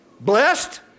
blessed